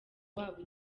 wabo